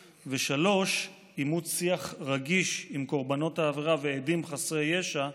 3. אימוץ שיח רגיש עם קורבנות העבירה ועדים חסרי ישע,